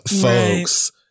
folks